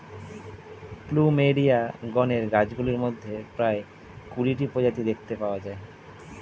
plumeria গণের গাছগুলির মধ্যে প্রায় কুড়িটি প্রজাতি দেখতে পাওয়া যায়